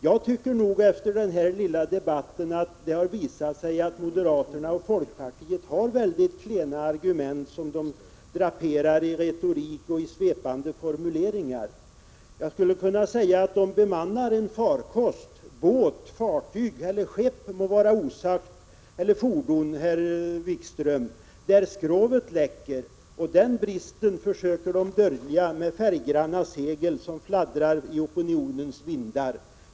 Jag tycker att det efter den här lilla debatten har visat sig att moderaterna och folkpartiet har mycket klena argument, som de draperar i retorik och svepande formuleringar. Jag skulle kunna säga att de bemannar en farkost — båt, fartyg eller skepp må vara osagt; eller fordon, herr Wikström — där skrovet läcker, och den bristen försöker de dölja med färggranna segel som fladdrar i opinionens vindar.